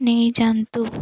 ନେଇଯାଆନ୍ତୁ